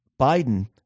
Biden